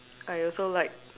I also like